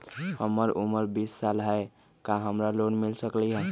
हमर उमर बीस साल हाय का हमरा लोन मिल सकली ह?